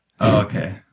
Okay